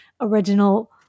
original